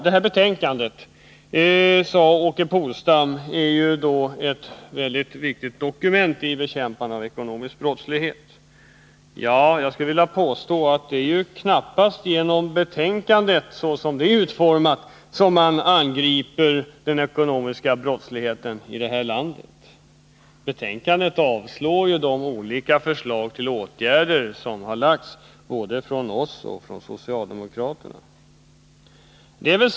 Det här betänkandet, sade Åke Polstam, är ett väldigt viktigt dokument i bekämpandet av ekonomisk brottslighet. Men det är knappast genom Nr 147 betänkandet så som det är utformat som man angriper den ekonomiska Torsdagen den brottsligheten i det här landet. I betänkandet avstyrks ju de olika förslag till 27 maj 1981 åtgärder som har lagts fram både av oss och av socialdemokraterna.